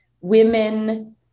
women